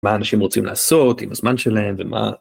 מה אנשים רוצים לעשות עם הזמן שלהם ומה.